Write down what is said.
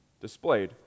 displayed